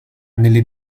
nelle